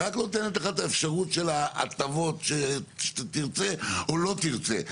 היא רק נותנת לך את האפשרות של ההטבות שאתה תרצה או לא תרצה.